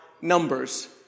numbers